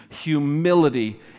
Humility